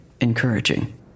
encouraging